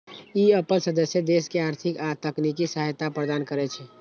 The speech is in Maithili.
ई अपन सदस्य देश के आर्थिक आ तकनीकी सहायता प्रदान करै छै